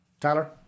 Tyler